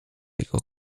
jego